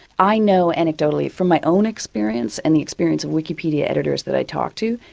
i know anecdotally from my own experience and the experience of wikipedia editors that i talk to,